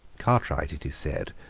cartwright, it is said,